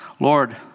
Lord